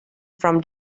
from